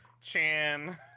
Chan